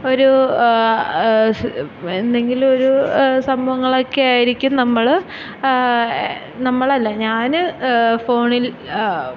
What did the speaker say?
ഒരു എന്തെങ്കിലും ഒരു സംഭവങ്ങളൊക്കെ ആയിരിക്കും നമ്മള് നമ്മളല്ല ഞാന് ഫോണിൽ